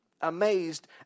Amazed